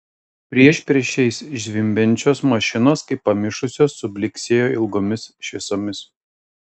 priešpriešiais zvimbiančios mašinos kaip pamišusios sublyksėjo ilgomis šviesomis